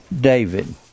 David